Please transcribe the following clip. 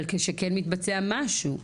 אבל שכן מתבצע משהו,